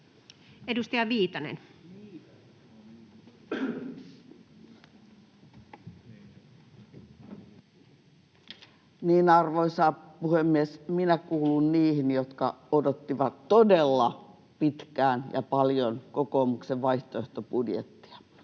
Edustaja Viitanen. Arvoisa puhemies! Minä kuulun niihin, jotka odottivat todella pitkään ja paljon kokoomuksen vaihtoehtobudjettia.